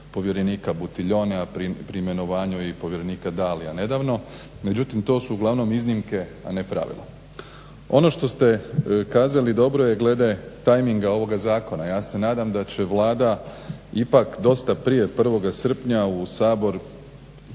povjerenika Butiljoneja pri imenovanju i povjerenika Dalija nedavno. Međutim to su uglavnom iznimke a ne pravila. Ono što ste kazali dobro je glede tajminga ovoga zakona. Ja se nadam da će Vlada ipak dosta prije prvoga srpnja u Sabor